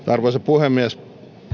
arvoisa puhemies